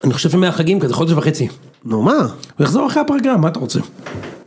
אני חושב שהם מהחגים, כי זה חודש וחצי. נו מה? הוא יחזור אחרי הפרגעה, מה אתה רוצה?